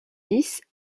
dix